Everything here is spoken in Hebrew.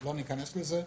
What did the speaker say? לא ניכנס לזה.